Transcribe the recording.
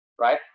right